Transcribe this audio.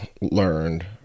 learned